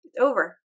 over